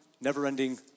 never-ending